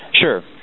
Sure